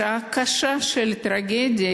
בשעה הקשה של טרגדיה,